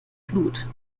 blut